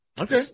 Okay